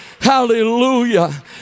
Hallelujah